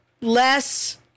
less